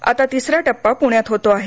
आता तिसरा टप्पा पुण्यात होतो आहे